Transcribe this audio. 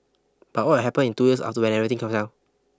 but what will happen in two years after when everything comes down